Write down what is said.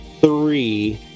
three